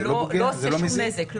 זה לא עושה שום נזק.